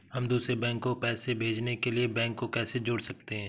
हम दूसरे बैंक को पैसे भेजने के लिए बैंक को कैसे जोड़ सकते हैं?